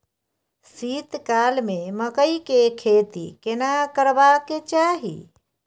शीत काल में मकई के खेती केना करबा के चाही?